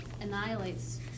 annihilates